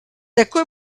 takoj